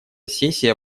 сессия